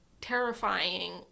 terrifying